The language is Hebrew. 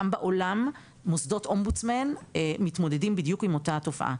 גם בעולם מוסדות אומבודסמן מתמודדים בדיוק עם אותה תופעה.